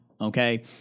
okay